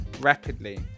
rapidly